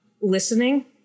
listening